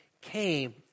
came